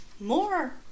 More